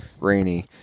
rainy